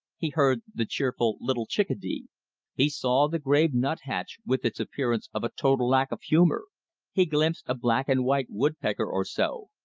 he heard the cheerful little chickadee he saw the grave nuthatch with its appearance of a total lack of humor he glimpsed a black-and-white woodpecker or so,